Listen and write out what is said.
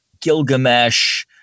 Gilgamesh